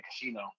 casino